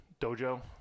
dojo